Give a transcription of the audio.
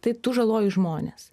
tai tu žaloji žmones